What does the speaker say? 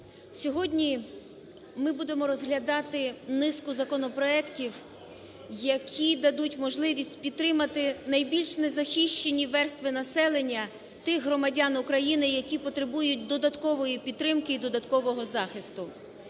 Сьогодні ми будемо розглядати низку законопроектів, які дадуть можливість підтримати найбільш незахищені верстви населення, тих громадян України, які потребують додаткової підтримки і додаткового захисту.